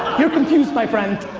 you're confused, my friend.